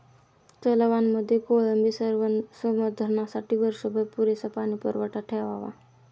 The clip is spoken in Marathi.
तलावांमध्ये कोळंबी संवर्धनासाठी वर्षभर पुरेसा पाणीसाठा ठेवावा